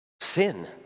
sin